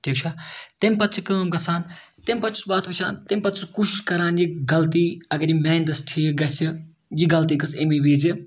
ٹھیٖک چھا تمہِ پَتہٕ چھِ کٲم گژھان تمہٕ پَتہٕ چھُس بہٕ اَتھ وُچھان تمہِ پَتہٕ چھُس کوٗشِش کَران یہِ غلطی اگر یہِ میٛانہِ دٔسۍ ٹھیٖک گژھِ یہِ غلطی گٔژھ ایٚمے وِزِ